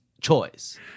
choice